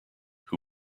who